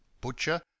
butcher